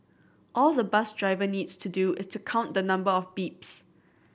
all the bus driver needs to do is to count the number of beeps